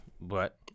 But-